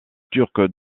turc